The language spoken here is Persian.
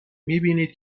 میبینید